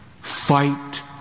Fight